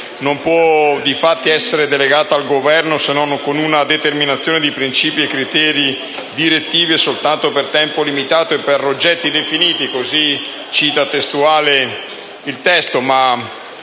non può essere delegato al Governo se non con determinazione di principi e criteri direttivi e soltanto per tempo limitato e per oggetti definiti»; così recita testualmente